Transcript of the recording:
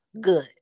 good